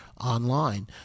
online